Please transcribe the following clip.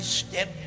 step